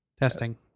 Testing